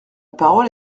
parole